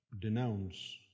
denounce